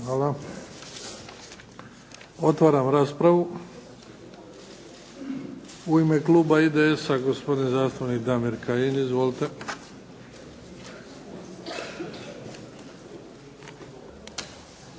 Hvala. Otvaram raspravu. U ime kluba IDS-a gospodin zastupnik Damir Kajin. Izvolite.